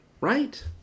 Right